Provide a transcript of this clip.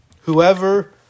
Whoever